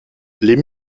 les